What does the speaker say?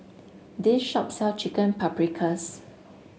this shop sell Chicken Paprikas